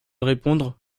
répondre